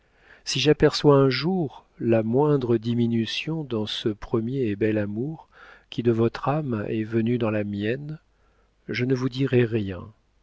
si j'aperçois un jour la moindre diminution dans ce premier et bel amour qui de votre âme est venu dans la mienne je ne vous dirai rien